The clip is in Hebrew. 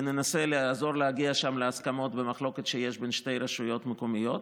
וננסה לעזור להגיע שם להסכמות במחלוקת שיש בין שתי רשויות מקומיות,